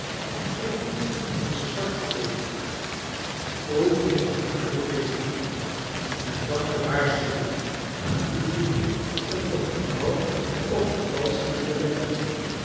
proef onze zwarte thee proef onze oranje pekoe esxi dan de waarschuwingen aan het publiek om toch vooral op vervalschingen te letten